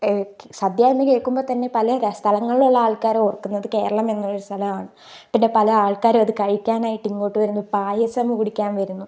സദ്യ എന്ന് കേൾക്കുമ്പോൾത്തന്നെ പല സ്ഥലങ്ങളിലുള്ള ആൾക്കാർ ഓർക്കുന്നത് കേരളം എന്നൊരു സ്ഥലമാണ് പിന്നെ പല ആൾക്കാർ അത് കഴിക്കാനായിട്ട് ഇങ്ങോട്ട് വരുന്നു പായസം കുടിക്കാൻ വരുന്നു